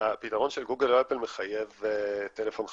הפתרון של גוגל ואפל מחייב טלפון חכם.